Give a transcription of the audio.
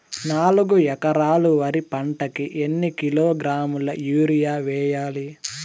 నాలుగు ఎకరాలు వరి పంటకి ఎన్ని కిలోగ్రాముల యూరియ వేయాలి?